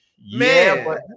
man